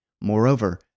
Moreover